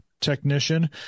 technician